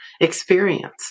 experience